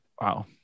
Wow